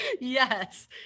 Yes